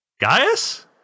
Gaius